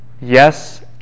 Yes